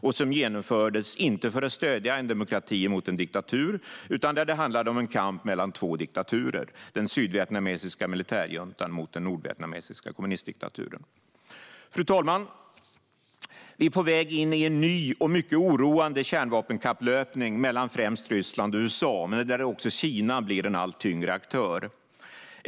Dessa genomfördes inte för att stödja en demokrati mot en diktatur, utan det handlade i stället om en kamp mellan två diktaturer: den sydvietnamesiska militärjuntan mot den nordvietnamesiska kommunistdiktaturen. Fru talman! Vi är på väg in i en ny och mycket oroande kärnvapenkapplöpning mellan främst Ryssland och USA, där dock också Kina blir en allt tyngre aktör.